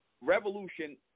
Revolution